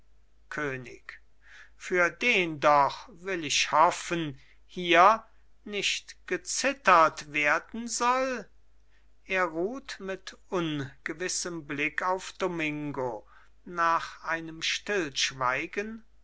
könig für den doch will ich hoffen hier nicht gezittert werden soll er ruht mit ungewissem blick auf domingo nach einigem stillschweigen